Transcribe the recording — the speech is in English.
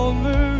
Over